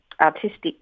artistic